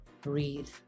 Breathe